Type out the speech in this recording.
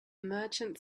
merchant